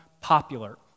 popular